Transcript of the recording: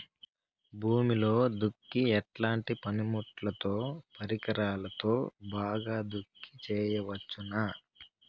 భూమిలో దుక్కి ఎట్లాంటి పనిముట్లుతో, పరికరాలతో బాగా దుక్కి చేయవచ్చున?